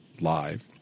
live